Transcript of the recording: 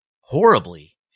horribly